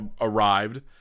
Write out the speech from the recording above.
arrived